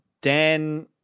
Dan